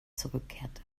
zurückkehrte